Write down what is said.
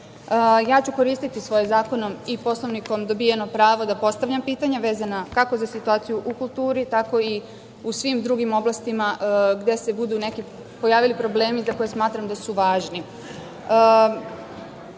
ću koristiti svoje zakonom i Poslovnikom dobijeno pravo da postavljam pitanja vezana, kako za situaciju u kulturi, tako i u svim drugim oblastima gde se budu pojavili neki problemi za koje smatram da su važni. Sada